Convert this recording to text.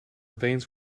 veins